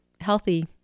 healthy